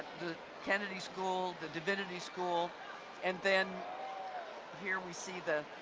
the kennedy school, the divinity school and then here we see the